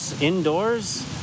indoors